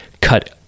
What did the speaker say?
cut